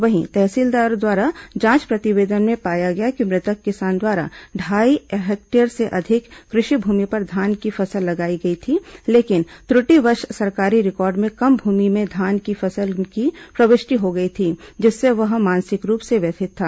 वहीं तहसीलदार द्वारा जांच प्रतिवेदन में पाया गया कि मृतक किसान द्वारा ढाई हेक्टेयर से अधिक कृषि भूमि पर धान की फसल लगाई गई थी लेकिन त्र्टिवश सरकारी रिकॉर्ड में कम भूमि में धान की फसल की प्रविष्टि हो गई थी जिससे वह मानसिक रूप से व्यथित था